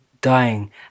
dying